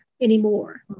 anymore